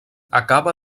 acaba